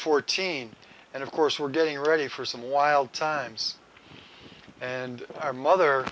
fourteen and of course we're getting ready for some wild times and our mother